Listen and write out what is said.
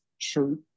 truth